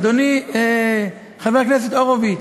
אדוני חבר הכנסת הורוביץ,